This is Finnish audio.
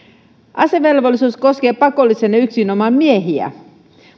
asevelvollisuus koskee pakollisena yksinomaan miehiä